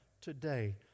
today